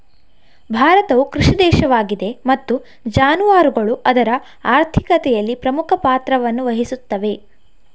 ಭಾರತವು ಕೃಷಿ ದೇಶವಾಗಿದೆ ಮತ್ತು ಜಾನುವಾರುಗಳು ಅದರ ಆರ್ಥಿಕತೆಯಲ್ಲಿ ಪ್ರಮುಖ ಪಾತ್ರವನ್ನು ವಹಿಸುತ್ತವೆ